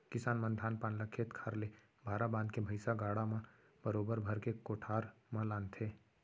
किसान मन धान पान ल खेत खार ले भारा बांध के भैंइसा गाड़ा म बरोबर भर के कोठार म लानथें